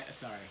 Sorry